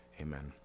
amen